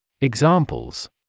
Examples